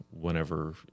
whenever